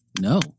No